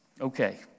okay